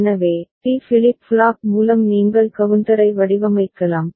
எனவே D flip flop மூலம் நீங்கள் கவுண்டரை வடிவமைக்கலாம்